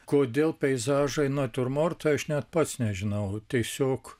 kodėl peizažai natiurmortai aš net pats nežinau tiesiog